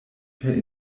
per